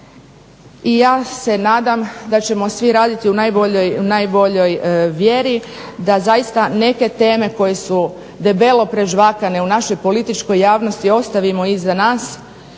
i ja se nadam da ćemo svi raditi u najboljoj vjeri da zaista neke teme koje su debelo prežvakane u našoj političkoj javnosti ostavimo iza nas